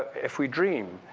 if we dream,